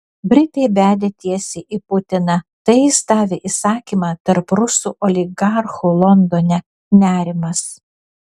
britai bedė tiesiai į putiną tai jis davė įsakymą tarp rusų oligarchų londone nerimas